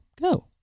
Go